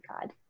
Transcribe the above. God